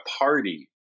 party